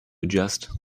adjust